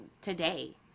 today